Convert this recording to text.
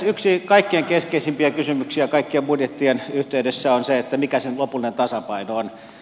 yksi kaikkein keskeisimpiä kysymyksiä kaikkien budjettien yhteydessä on se että mikä sen lopullinen tasapaino on